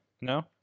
No